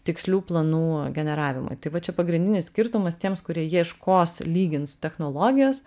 tikslių planų generavimui tai va čia pagrindinis skirtumas tiems kurie ieškos lygins technologijas